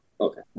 okay